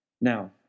Now